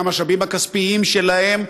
מהמשאבים הכספיים שלהם,